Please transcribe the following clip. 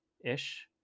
ish